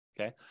okay